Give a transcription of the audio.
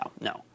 no